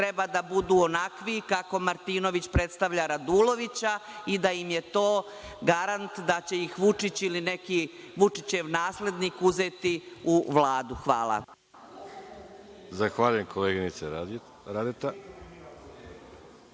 treba da budu onakvi kako Martinović predstavlja Radulovića i da im je to garant da će ih Vučić ili neki Vučićev naslednik uzeti u Vladu. Hvala. **Veroljub Arsić**